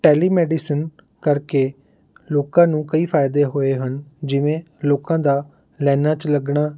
telemedicine ਕਰਕੇ ਲੋਕਾਂ ਨੂੰ ਕਈ ਫਾਇਦੇ ਹੋਏ ਹਨ ਜਿਵੇਂ ਲੋਕਾਂ ਦਾ ਲਾਈਨਾਂ 'ਚ ਲੱਗਣਾ